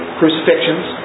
crucifixions